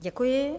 Děkuji.